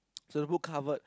so who covered